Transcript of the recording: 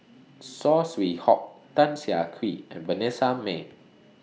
Saw Swee Hock Tan Siah Kwee and Vanessa Mae